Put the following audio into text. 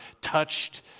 touched